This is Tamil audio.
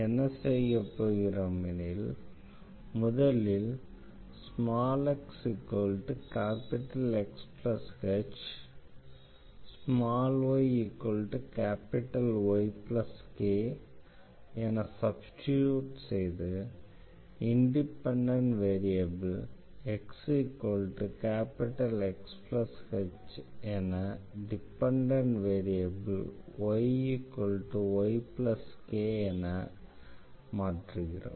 என்ன செய்ய போகிறோம் எனில் முதலில் xXh yYk என சப்ஸ்டிடியூட் செய்து இண்டிபெண்டன்ட் வேரியபிள் xXh என டிபெண்டன்ட் வேரியபிள் yYkஎன மாற்றுகிறோம்